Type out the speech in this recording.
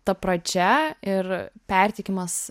ta pradžia ir perteikimas